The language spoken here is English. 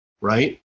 right